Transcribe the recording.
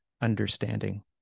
understanding